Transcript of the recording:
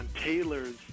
Taylor's